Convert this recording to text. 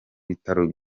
bitaro